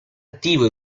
attivo